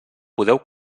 podeu